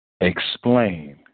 Explain